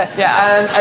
ah yeah,